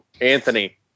Anthony